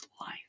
life